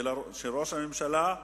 של ראש הממשלה,